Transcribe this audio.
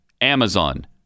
Amazon